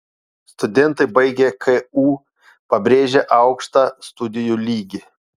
studentai baigę ku pabrėžia aukštą studijų lygį